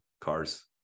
cars